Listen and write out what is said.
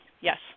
Yes